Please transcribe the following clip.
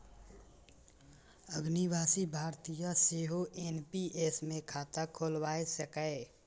अनिवासी भारतीय सेहो एन.पी.एस मे खाता खोलाए सकैए